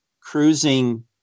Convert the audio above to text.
cruising